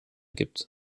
gibt